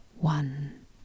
one